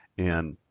and